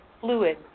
fluid